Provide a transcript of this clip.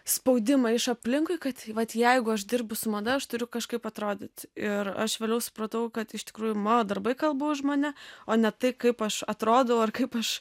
spaudimą iš aplinkui kad vat jeigu aš dirbu su mada aš turiu kažkaip atrodyt ir aš vėliau supratau kad iš tikrųjų mano darbai kalba už mane o ne tai kaip aš atrodau ar kaip aš